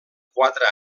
quatre